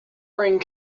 ring